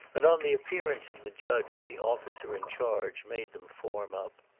and on the appearance of the judge the offi cer in charge made them form up.